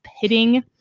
pitting